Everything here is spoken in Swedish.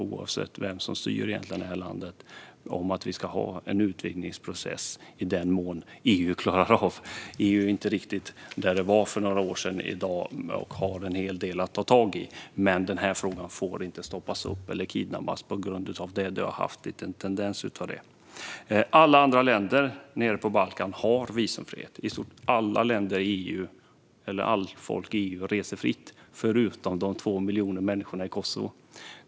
Oavsett vem som har styrt här i landet har vi stått upp för en utvidgningsprocess i den mån EU klarar av det. EU är i dag inte riktigt där det var för några år sedan och har en hel del att ta tag i. Men den här frågan får inte stoppas upp eller kidnappas på grund av det, vilket den har haft en tendens till. Alla andra länder nere på Balkan har visumfrihet. I stort sett alla i Europa reser fritt - utom de 2 miljoner människorna i Kosovo.